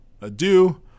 adieu